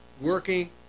working